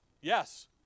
Yes